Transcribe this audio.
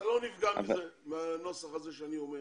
אתה לא נפגע מהנוסח הזה שאני אומר,